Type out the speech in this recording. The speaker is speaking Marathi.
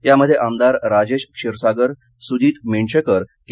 यामध्ये आमदार राजेश क्षीरसागर सुजीत मिणचेकर के